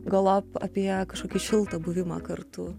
galop apie kažkokį šiltą buvimą kartu